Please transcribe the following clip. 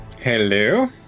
Hello